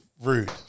rude